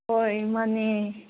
ꯍꯣꯏ ꯃꯥꯟꯅꯦ